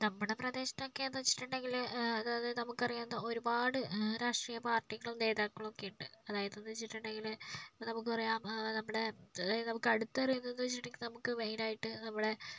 നമ്മുടെ പ്രദേശത്തൊക്കെ എന്ന് വെച്ചിട്ടുണ്ടെങ്കില് അതായത് നമുക്കറിയാവുന്ന ഒരുപാട് രാഷ്ട്രീയ പാർട്ടികളും നേതാക്കളും ഒക്കെ ഉണ്ട് അതായത് എന്ന് വെച്ചിട്ടുണ്ടെങ്കില് ഇപ്പോൾ നമുക്ക് പറയാം നമ്മുടെ അതായത് നമുക്ക് അടുത്തറിയാവുന്നതെന്ന് വെച്ചിട്ടുണ്ടെങ്കില് നമുക്ക് മെയിനായിട്ട് നമ്മുടെ